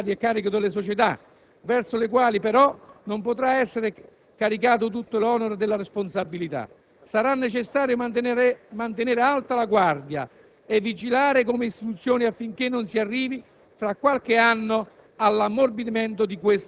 Condivisibili appaiono anche le misure auspicate a carico delle società, verso le quali, però, non potrà essere caricato tutto l'onere della responsabilità; sarà necessario mantenere alta la guardia e vigilare come istituzioni affinché non si arrivi,